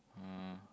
uh